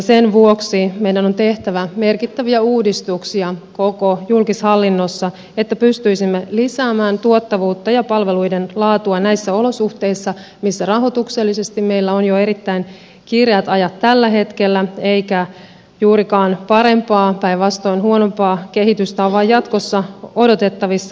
sen vuoksi meidän on tehtävä merkittäviä uudistuksia koko julkishallinnossa että pystyisimme lisäämään tuottavuutta ja palveluiden laatua näissä olosuhteissa missä rahoituksellisesti meillä on jo erittäin kireät ajat tällä hetkellä eikä juurikaan parempaa kehitystä ole jatkossa odotettavissa päinvastoin huonompaa